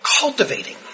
cultivating